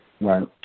Right